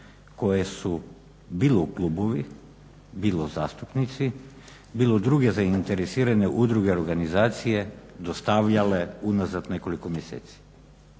koje su bilo klubovi, bilo zastupnici, bilo druge zainteresirane udruge, organizacije dostavljale unazad nekoliko mjeseci.